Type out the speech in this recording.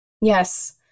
Yes